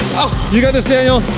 ow! you got this, daniel.